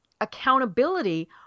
accountability